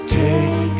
take